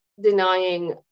denying